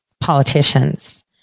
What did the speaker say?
politicians